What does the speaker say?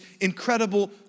incredible